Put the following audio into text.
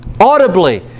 audibly